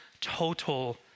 total